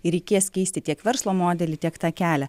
ir reikės keisti tiek verslo modelį tiek tą kelią